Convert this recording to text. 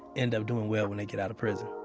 end up doing well when they get out of prison.